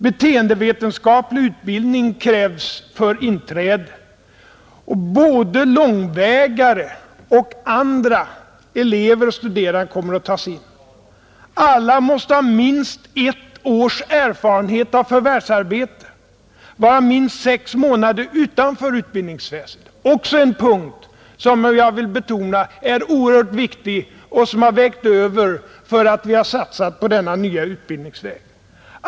Beteendevetenskaplig utbildning krävs för inträde, Både långvägare och andra, elever och studerande kommer att tas in, Alla måste ha minst ett års erfarenhet av förvärvsarbete, varav minst sex månader utanför utbildningsväsendet — en punkt som jag vill betona är oerhört viktig och som har talat starkt för att vi skulle satsa på denna nya utbildningsväg.